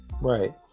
Right